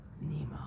Nemo